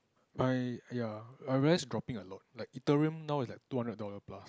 I ya I realise dropping a lot like Ethereum now is like two hundred dollar plus